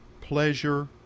pleasure